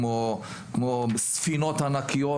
כמו ספינות ענקיות,